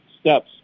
steps